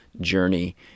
journey